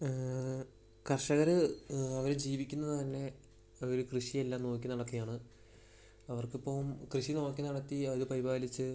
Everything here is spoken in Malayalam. കർഷകർ അവർ ജീവിക്കുന്നതു തന്നെ അവർ കൃഷി എല്ലാം നോക്കി നടത്തിയാണ് അവർക്കിപ്പം കൃഷി നോക്കി നടത്തി അതു പരിപാലിച്ച്